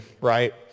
right